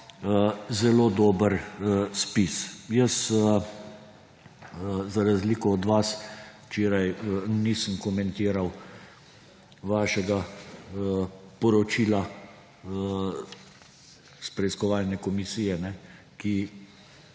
zelo dober spis. Jaz za razliko od vas včeraj nisem komentiral vašega poročila iz preiskovalne komisije, ki